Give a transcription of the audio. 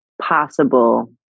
possible